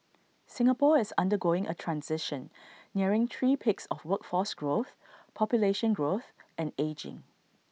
Singapore is undergoing A transition nearing three peaks of workforce growth population growth and ageing